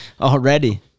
already